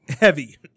Heavy